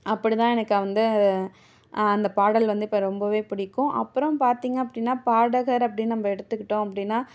அப்படி தான் எனக்கு வந்து அந்த பாடல் வந்து இப்போ ரொம்பவே பிடிக்கும் அப்புறம் பார்த்திங்க அப்படின்னா பாடகர் அப்படின்னு நம்ம எடுத்துக்கிட்டோம் அப்படின்னா